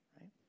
right